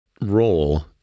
role